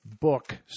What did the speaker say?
book